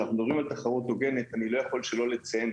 כשאנחנו מדברים על תחרות הוגנת אני לא יכול שלא לציין,